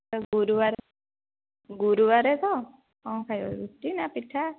ଗୁରୁବାରେ ଗୁରୁବାରେ ତ କ'ଣ ଖାଇବ ରୁଟି ନା ପିଠା